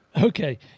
Okay